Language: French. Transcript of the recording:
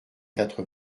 quatre